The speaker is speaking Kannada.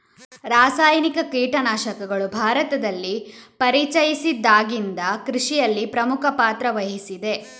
ರಾಸಾಯನಿಕ ಕೀಟನಾಶಕಗಳು ಭಾರತದಲ್ಲಿ ಪರಿಚಯಿಸಿದಾಗಿಂದ ಕೃಷಿಯಲ್ಲಿ ಪ್ರಮುಖ ಪಾತ್ರ ವಹಿಸಿದೆ